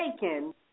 taken